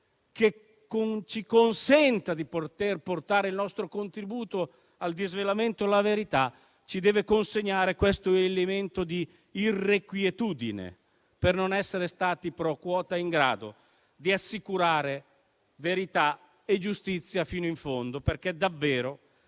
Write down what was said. che ci consenta di poter portare il nostro contributo al disvelamento della verità, ci deve consegnare questo elemento di irrequietudine per non essere stati *pro quota* in grado di assicurare verità e giustizia fino in fondo. Attorno